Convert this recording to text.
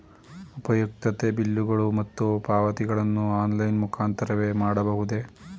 ಉಪಯುಕ್ತತೆ ಬಿಲ್ಲುಗಳು ಮತ್ತು ಪಾವತಿಗಳನ್ನು ಆನ್ಲೈನ್ ಮುಖಾಂತರವೇ ಮಾಡಬಹುದೇ?